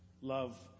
love